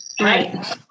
Right